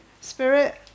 spirit